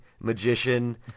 magician